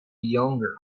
younger